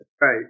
Right